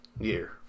year